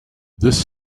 this